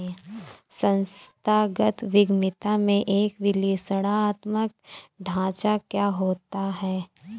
संस्थागत उद्यमिता में एक विश्लेषणात्मक ढांचा क्या होता है?